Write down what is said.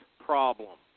problem